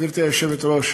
גברתי היושבת-ראש,